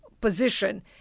position